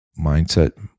Mindset